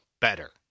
better